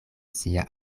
sia